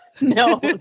No